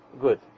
Good